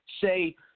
say